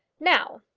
now,